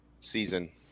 Season